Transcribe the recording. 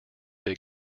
big